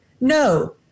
No